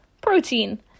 Protein